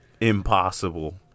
Impossible